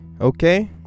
okay